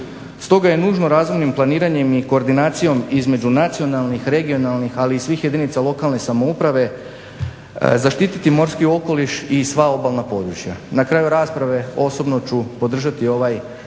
Stoga je nužno razumnih planiranjem i koordinacijom između nacionalnih, regionalnih, ali i svih jedinica lokalne samouprave zaštiti morski okoliš i sva obalna područja. Na kraju rasprave, osobno ću podržati ovaj prijedlog